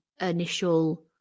initial